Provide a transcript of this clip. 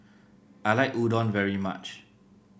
I like Udon very much